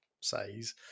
says